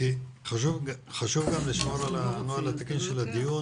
חשוב גם לשמור על הנוהל התקין של הדיון.